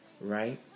right